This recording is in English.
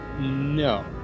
No